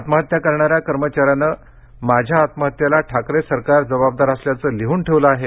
आत्महत्या करणाऱ्या कर्मचाऱ्यानं माझ्या आत्महत्येला ठाकरे सरकार जबाबदार असल्याचं लिहून ठेवलं आहे